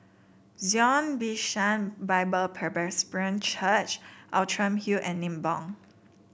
Zion Bishan Bible Presbyterian Church Outram Hill and Nibong